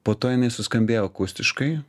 po to jinai suskambėjo akustiškai